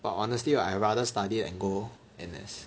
but honestly right I rather study and go N_S